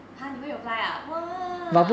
!huh! 你会 apply ah !wah!